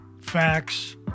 Facts